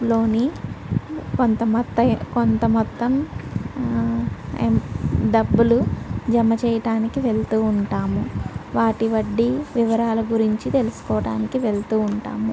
లోని కొంతమొత్త కొంత మొత్తం ఎం డబ్బులు జమ చెయ్యడానికి వెళ్తూ ఉంటాము వాటి వడ్డి వివరాల గురించి తెలుసుకోవడానికి వెళ్తూ ఉంటాము